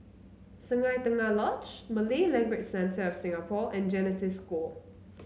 Sungei Tengah Lodge Malay Language Centre of Singapore and Genesis School